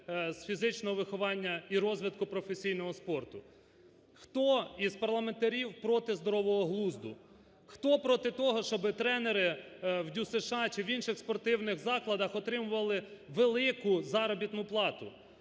з фізичного виховання і розвитку професійного спорту. Хто із парламентарів проти здорового глузду? Хто проти того, щоб тренери в ДЮСШ чи в інших спортивних закладах отримували велику заробітну плату?